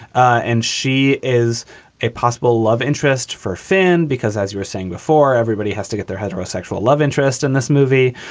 and she is a possible love interest for fehn because as you were saying before, everybody has to get their heterosexual love interest in this movie,